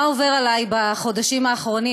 מה עובר עלי בחודשים האחרונים,